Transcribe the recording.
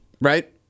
Right